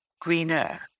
greener